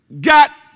got